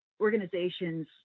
organizations